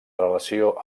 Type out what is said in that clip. relació